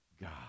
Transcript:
God